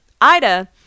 Ida